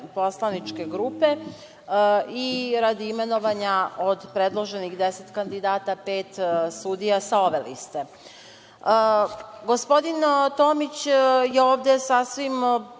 poslaničke grupe, radi imenovanja od predloženih 10 kandidata, pet sudija sa ove liste. Gospodin Tomić je ovde sasvim